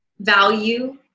value